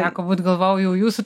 teko būt galvojau jau jūsų